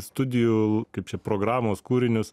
studijų kaip čia programos kūrinius